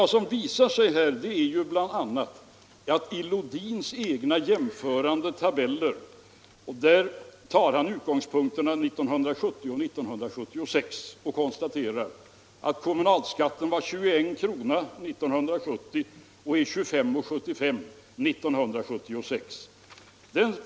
Det visar sig i Lodins egna jämförande tabeller, där han som utgångspunkter tar åren 1970 och 1976, att kommunalskatten var 21 kr. år 1970 och 25:75 kr. år 1976.